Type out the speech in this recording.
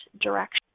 direction